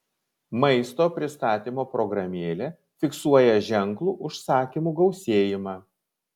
maisto pristatymo programėlė fiksuoja ženklų užsakymų gausėjimą